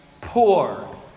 poor